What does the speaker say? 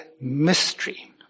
mystery